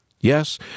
Yes